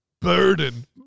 burden